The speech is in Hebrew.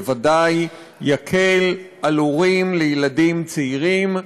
בוודאי שיקל על הורים לילדים צעירים,